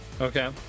Okay